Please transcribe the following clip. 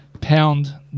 pound